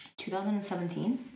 2017